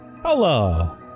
Hello